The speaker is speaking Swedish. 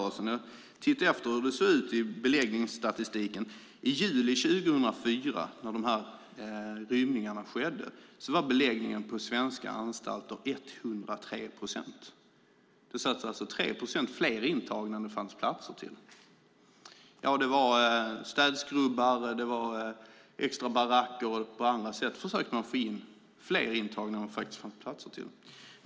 Enligt beläggningsstatistiken från i juli 2004, då rymningarna skedde, var beläggningsgraden på svenska anstalter 103 procent. Det var alltså 3 procent fler intagna än det fanns platser till. Det var i städskrubbar, i extrabaracker och på andra sätt man försökte få in fler intagna än det fanns platser till.